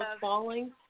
falling